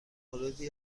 موردی